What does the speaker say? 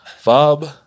Fob